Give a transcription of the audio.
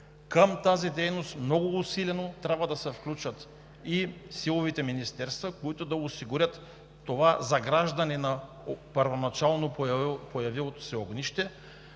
Към тази дейност много усилено трябва да се включат и силовите министерства, които да осигурят това заграждане на първоначално появилото се огнище,